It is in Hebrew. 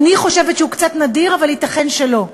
אני חושבת שהוא קצת נדיר, אבל ייתכן שלא,